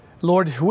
Lord